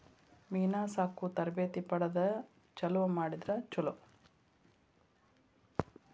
ಮೇನಾ ಸಾಕು ತರಬೇತಿ ಪಡದ ಚಲುವ ಮಾಡಿದ್ರ ಚುಲೊ